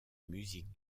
musique